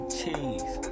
cheese